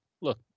look